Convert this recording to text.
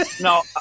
No